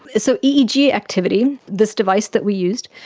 so eeg activity, this device that we used,